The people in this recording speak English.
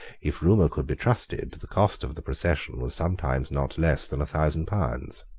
if rumour could be trusted, the cost of the procession was sometimes not less than a thousand pounds.